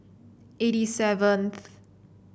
eighty seventh